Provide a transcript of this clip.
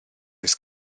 oes